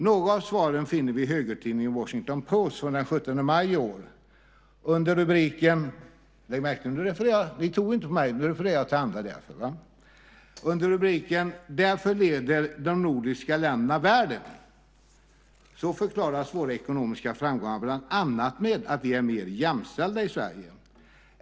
Några av svaren finner vi i högertidningen Washington Post från den 17 maj i år. Ni tror inte på mig. Nu refererar jag till andra länder. Rubriken är: Därför leder de nordiska länderna världen. Under den förklaras våra ekonomiska framgångar bland annat med att vi är mer jämställda i Sverige.